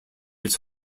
its